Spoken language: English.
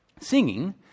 Singing